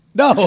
no